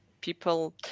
people